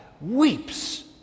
weeps